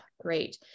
great